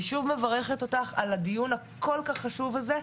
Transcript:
אני שוב מברכת אותך על הדיון הכול כך חשוב הזה,